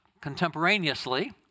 contemporaneously